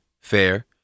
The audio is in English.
fair